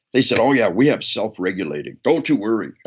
they said, oh yeah, we have self-regulation. don't you worry.